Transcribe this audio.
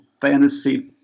fantasy